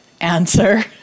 answer